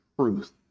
truth